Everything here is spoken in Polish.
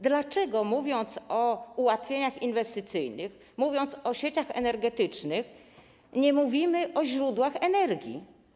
Dlaczego mówiąc o ułatwieniach inwestycyjnych, mówiąc o sieciach energetycznych, nie mówimy o źródłach energii?